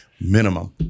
minimum